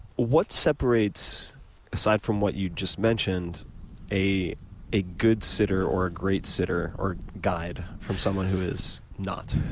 what separates aside from what you just mentioned a a good sitter or a great sitter or guide from someone who is not?